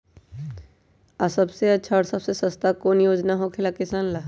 आ सबसे अच्छा और सबसे सस्ता कौन योजना होखेला किसान ला?